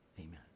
Amen